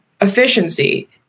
efficiency